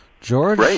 George